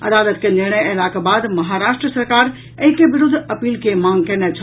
अदालत के निर्णय अयलाक बाद महाराष्ट्र सरकार एहि के विरूद्ध अपील के मांग कयने छल